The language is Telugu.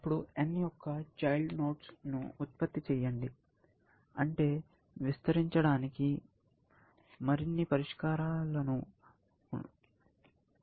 ఇప్పుడు n యొక్క చైల్డ్ నోడ్స్ ను ఉత్పత్తి చేయండి అంటే విస్తరించడానికి మరిన్ని పరిష్కారాలు ఉన్నాయి